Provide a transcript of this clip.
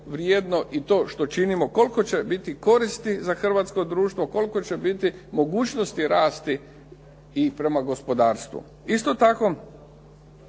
vrijedno i to što činimo, koliko će biti koristi za hrvatsko društvo, koliko će biti mogućnosti rasti i prema gospodarstvu. Isto tako,